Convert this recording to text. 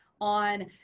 on